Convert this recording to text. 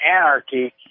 anarchy